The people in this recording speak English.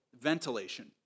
ventilation